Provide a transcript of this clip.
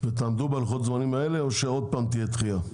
ותעמדו בלוח הזמנים האלה או שוב תהיה דחייה?